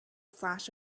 flash